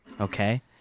Okay